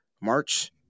March